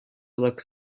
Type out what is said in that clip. looks